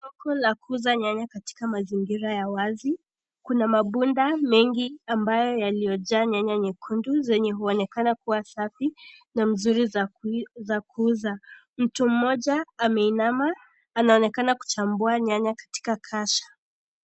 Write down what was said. Soko la kuuza nyanya katika mazingira ya wazi. Kuna mabunda mengi ambayo yaliyojaa nyanya nyekundu, zenye huonekana kuwa safi na mzuri za kuuza. Mtu moja ameinama, anaonekana kuchambua nyanya katika kasha.